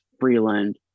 Freeland